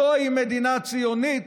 זוהי מדינה ציונית,